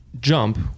jump